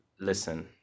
Listen